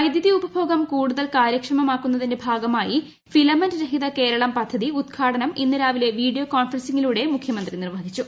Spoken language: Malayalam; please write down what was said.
വൈദ്യുതി ഉപഭോഗം കൂടുതൽ കാര്യക്ഷമാക്കുന്നതിന്റെ ഭാഗമായി ഫിലമെന്റ് രഹിത കേരളം പദ്ധതി ഉദ്ഘാടനം ഇന്ന് രാവിലെ വീഡിയോ കോൺഫറൻസിംഗിലൂടെ മുഖ്യമന്ത്രി പിണറായി വിജയൻ നിർവ്വഹിച്ചു